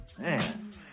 Man